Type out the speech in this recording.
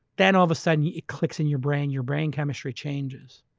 then all of a sudden, it clicks in your brain, your brain chemistry changes.